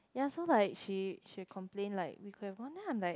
ya so like she she will complain like we could've gone ah